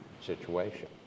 situation